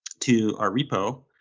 to our repo.